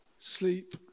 sleep